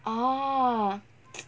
orh